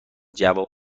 جوامع